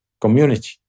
community